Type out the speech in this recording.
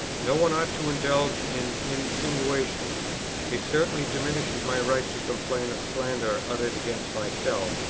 no one ought to indulge in insinuations it certainly diminishes my right to complain of slanders uttered against myself,